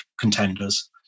contenders